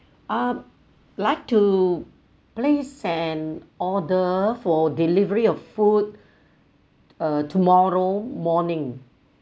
uh like to place an order for delivery of food uh tomorrow morning